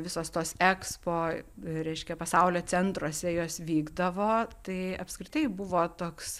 visos tos ekspo reiškia pasaulio centruose jos vykdavo tai apskritai buvo toks